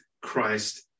Christ